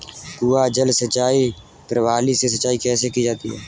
कुआँ जल सिंचाई प्रणाली से सिंचाई कैसे की जाती है?